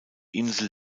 insel